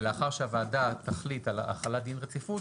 ולאחר שהוועדה תחליט על החלת דין רציפות,